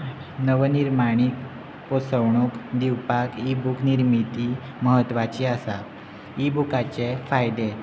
नवनिर्माणीक पोसवणूक दिवपाक ईबूक निर्मिती म्हत्वाची आसा ईबुकाचे फायदे